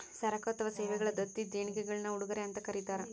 ಸರಕು ಅಥವಾ ಸೇವೆಗಳ ದತ್ತಿ ದೇಣಿಗೆಗುಳ್ನ ಉಡುಗೊರೆ ಅಂತ ಕರೀತಾರ